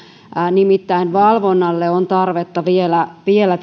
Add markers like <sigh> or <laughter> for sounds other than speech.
nimittäin valvonnalle on tarvetta vielä vielä <unintelligible>